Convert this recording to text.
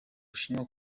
bushinwa